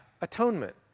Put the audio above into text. atonement